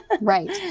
right